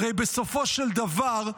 הרי סופו של דבר,